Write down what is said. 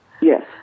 Yes